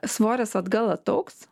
svoris atgal ataugs